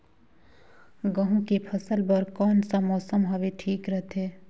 गहूं के फसल बर कौन सा मौसम हवे ठीक रथे?